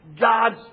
God's